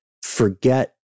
forget